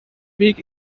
weg